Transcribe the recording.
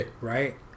Right